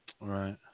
Right